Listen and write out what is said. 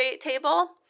table